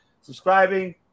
subscribing